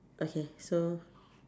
okay so